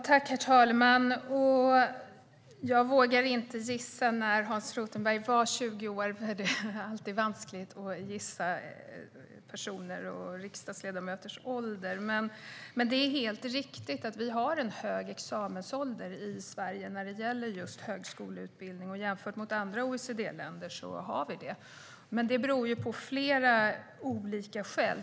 Herr talman! Jag vågar inte gissa när Hans Rothenberg var 20 år. Det är alltid vanskligt att gissa människors ålder. Men det är riktigt att Sverige har en hög examensålder när det gäller högskoleutbildning jämfört med andra OECD-länder. Det beror på flera saker.